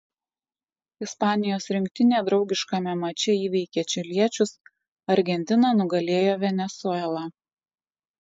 ispanijos rinktinė draugiškame mače įveikė čiliečius argentina nugalėjo venesuelą